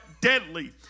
deadly